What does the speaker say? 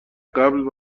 قبل